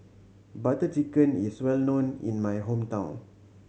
Butter Chicken is well known in my hometown